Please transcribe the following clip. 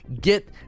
get